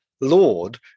lord